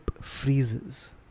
freezes